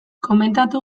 komentatu